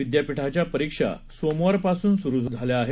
विद्यापीठाच्या परीक्षा सोमवारपासून सुरू झाल्या आहेत